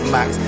Max